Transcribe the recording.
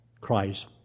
Christ